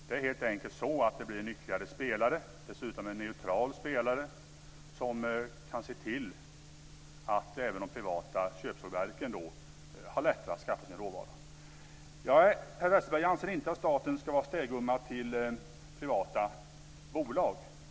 Det bli helt enkelt en ytterligare spelare, dessutom en neutral spelare, som kan se till att även de privata köpsågverken får det lättare att skaffa sin råvara. Per Westerberg anser inte att staten ska vara städgumma åt privata bolag.